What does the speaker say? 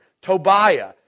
Tobiah